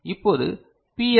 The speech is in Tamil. இப்போது பி